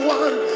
one